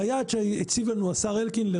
היעד שהציב השר אלקין לנו,